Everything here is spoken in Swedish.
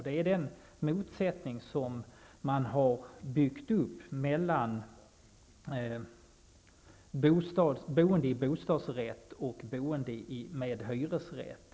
Det är den motsättning som har byggts upp mellan boende i bostadsrätt och boende med hyresrätt.